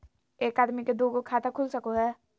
एक आदमी के दू गो खाता खुल सको है?